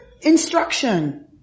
Instruction